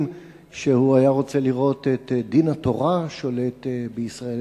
שהוא היה רוצה לראות את דין התורה השולט בישראל,